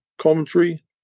commentary